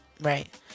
Right